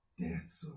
Death